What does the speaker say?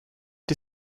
die